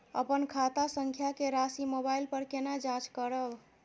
अपन खाता संख्या के राशि मोबाइल पर केना जाँच करब?